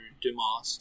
Dumas